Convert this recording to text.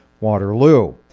Waterloo